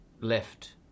left